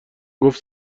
گفت